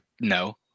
No